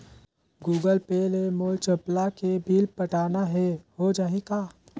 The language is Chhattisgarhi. गूगल पे ले मोल चपला के बिल पटाना हे, हो जाही का?